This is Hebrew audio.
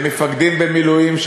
למפקדים במילואים,